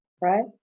right